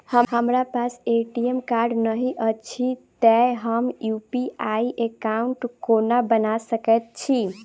हमरा पास ATM card नहि अछि तए हम यु.पी.आई एकॉउन्ट कोना बना सकैत छी